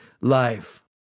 life